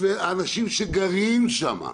ויהיו אנשים שגרים שם,